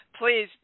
Please